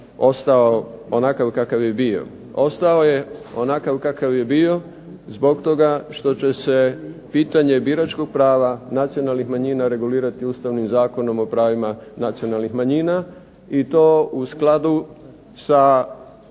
ostao onakav kakav je bio. Ostao je onakav kakav je bio zbog toga što će se pitanje biračkog prava nacionalnih manjina regulirati Ustavnim zakonom o pravima nacionalnih manjina i to u skladu sa